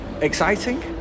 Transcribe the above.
Exciting